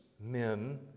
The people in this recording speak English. men